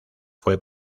fue